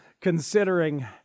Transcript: considering